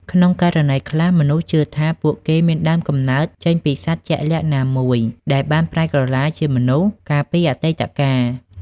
ក្នុងករណីខ្លះ មនុស្សជឿថាពួកគេមានដើមកំណើតចេញពីសត្វជាក់លាក់ណាមួយដែលបានប្រែក្រឡាជាមនុស្សកាលពីអតីតកាល។